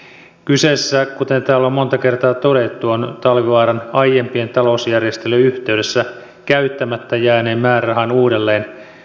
kyseessä on kuten täällä on monta kertaa jo todettu talvivaaran aiempien talousjärjestelyjen yhteydessä käyttämättä jääneen määrärahan uudelleenkohdistaminen